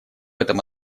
этом